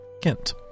kent